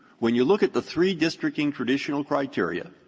when you look at the three districting traditional criteria,